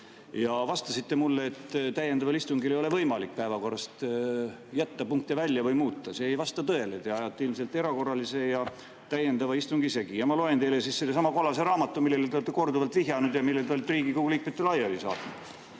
Te vastasite mulle, et täiendaval istungil ei ole võimalik päevakorrast punkte välja jätta või neid muuta. See ei vasta tõele. Te ajate ilmselt erakorralise ja täiendava istungi segi. Ma loen teile ette sellestsamast kollasest raamatust, millele te olete korduvalt viidanud ja mille te olete Riigikogu liikmetele laiali saatnud: